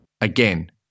Again